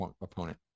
opponent